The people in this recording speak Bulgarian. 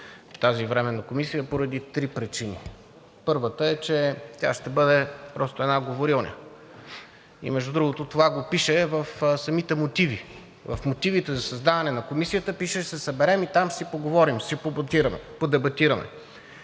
тази временна комисия поради три причини: първата е, че тя ще бъде просто една говорилня и между другото, това го пише в самите мотиви. В мотивите за създаване на Комисията пише: „Ще се съберем и там ще си поговорим, ще си подебатираме.“